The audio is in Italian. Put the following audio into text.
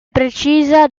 precisa